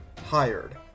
Hired